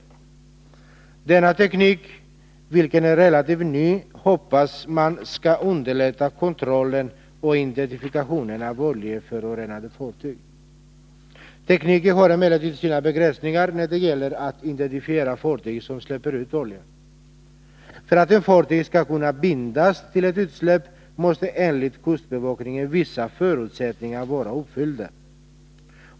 Man hoppas att denna teknik, som är relativt ny, skall underlätta kontrollen och identifikationen av oljeförorenande fartyg. Tekniken har emellertid sina begränsningar när det gäller att identifiera fartyg som släpper ut olja. För att ett fartyg skall kunna bindas till ett utsläpp måste enligt kustbevakningen vissa förutsättningar vara uppfyllda.